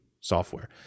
software